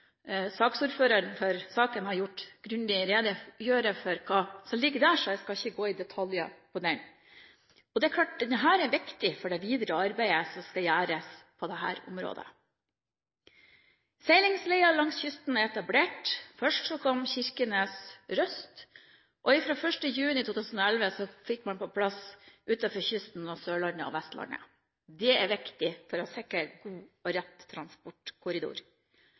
Saksordføreren har gjort grundig rede for hva som ligger der, så jeg skal ikke gå i detaljer om det. Det er klart at dette er viktig for det videre arbeidet som skal gjøres på dette området. Seilingsleder langs kysten er etablert. Først kom Kirkenes–Røst, og fra 1. juni 2011 fikk man det på plass utenfor kysten av Sørlandet og Vestlandet. Det er viktig for å sikre god og rett transportkorridor.